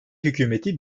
hükümeti